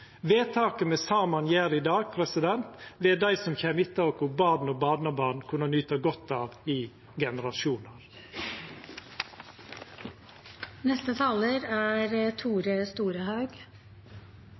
Vedtaket me saman gjer i dag, vil dei som kjem etter oss – barn og barnebarn – kunna nyta godt av i